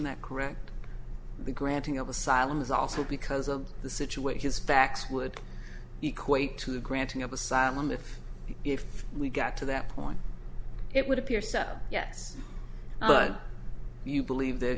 that correct the granting of asylum is also because of the situation specs would equate to the granting of asylum if if we got to that point it would appear so yes but you believe that